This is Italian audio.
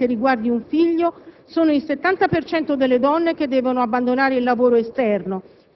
il ruolo di sostegno e di cura della famiglia e delle relazioni familiari.